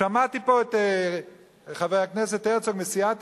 שמעתי פה את חבר הכנסת הרצוג מסיעת